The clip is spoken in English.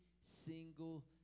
single